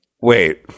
Wait